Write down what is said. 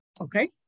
Okay